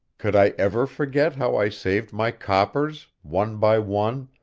could i ever forget how i saved my coppers, one by one,